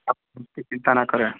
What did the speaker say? आप उसकी चिंता न करें